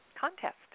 contest